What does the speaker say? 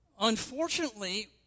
Unfortunately